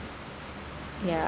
ya